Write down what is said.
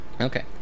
Okay